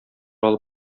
алып